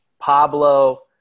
Pablo